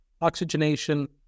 oxygenation